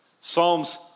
Psalms